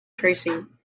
tracing